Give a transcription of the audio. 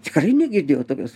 tikrai negirdėjau tokios